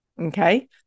Okay